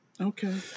okay